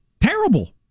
terrible